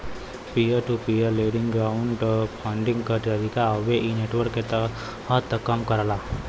peer to peer lending crowd funding क तरीका हउवे इ नेटवर्क के तहत कम करला